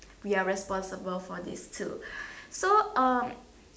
we are responsible for this too so um